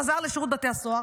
חזר לשירות בתי הסוהר.